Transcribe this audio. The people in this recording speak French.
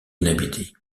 inhabitée